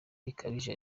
bikabije